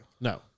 No